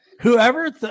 whoever